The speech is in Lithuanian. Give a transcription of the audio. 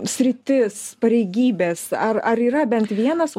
sritis pareigybės ar ar yra bent vienas